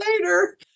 later